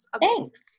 Thanks